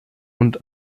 und